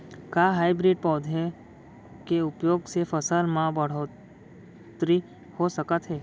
का हाइब्रिड पौधा के उपयोग से फसल म बढ़होत्तरी हो सकत हे?